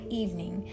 evening